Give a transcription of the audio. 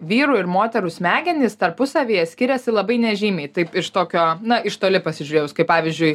vyrų ir moterų smegenys tarpusavyje skiriasi labai nežymiai taip iš tokio na iš toli pasižiūrėjus kaip pavyzdžiui